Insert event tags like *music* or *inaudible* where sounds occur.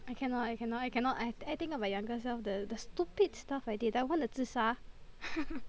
I cannot I cannot I cannot I I think bout my younger self the the stupid stuff I did like want to 自杀 *laughs*